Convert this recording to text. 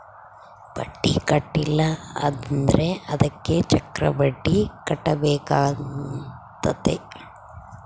ಬಡ್ಡಿ ಕಟ್ಟಿಲ ಅಂದ್ರೆ ಅದಕ್ಕೆ ಚಕ್ರಬಡ್ಡಿ ಕಟ್ಟಬೇಕಾತತೆ